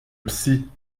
psy